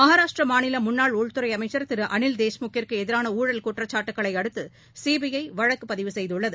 மகாராஷ்டரமாநிலமுன்னாள் உள்துறைஅமைச்சர் திருஅனில் தேஷ்முக்கிற்குஎதிரானஊழல் குற்றச்சாட்டுகளைஅடுத்துசிபிஐவழக்குபதிவு செய்துள்ளது